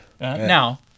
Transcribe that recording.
Now